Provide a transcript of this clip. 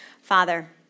Father